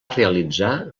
realitzar